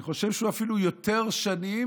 אני חושב שהוא אפילו יותר שנים,